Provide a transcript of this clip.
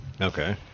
Okay